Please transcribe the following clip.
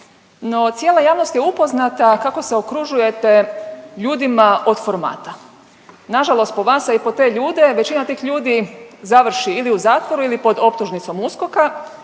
No, cijela javnost je upoznata kako se okružujete ljudima od formata. Na žalost po vas, a i po te ljude većina tih ljudi završi ili u zatvoru ili pod optužnicom USKOK-a,